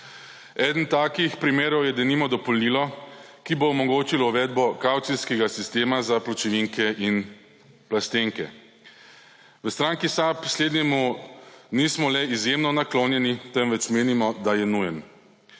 Eden takih primerov je, denimo, dopolnilo, ki bo omogočilo uvedbo kavcijskega sistema za pločevinke in plastenke. V stranki SAB slednjemu nismo le izjemno naklonjeni, temveč menimo, da je nujen.